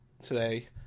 today